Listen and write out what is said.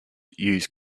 use